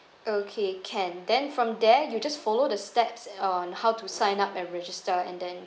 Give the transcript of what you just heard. okay can then from there you just follow the steps on how to sign up and register and then